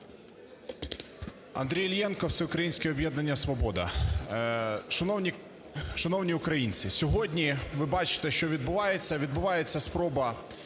Андрій Іллєнко, Всеукраїнське об'єднання "Свобода". Шановні українці! Сьогодні ви бачите, що відбувається. Відбувається спроба